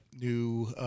new